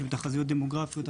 יש תחזיות דמוגרפיות,